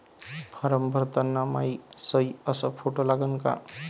Form भरताना मायी सयी अस फोटो लागन का?